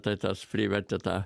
tai tas privertė tą